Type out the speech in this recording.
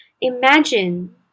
Imagine